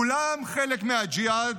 כולם חלק מהג'יהאד,